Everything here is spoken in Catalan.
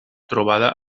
trobada